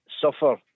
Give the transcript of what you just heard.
suffer